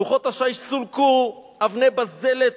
לוחות השיש סולקו, אבני בזלת